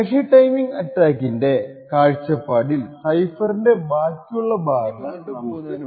cache timing അറ്റാക്കിന്റെ കാഴ്ചപ്പാടിൽ സൈഫറിന്റെ ബാക്കിയുള്ള ഭാഗങ്ങൾ നമുക്ക് പ്രധാനപ്പെട്ടവ അല്ല